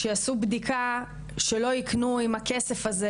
שיעשו בדיקה שלא ייקנו עם הכסף הזה,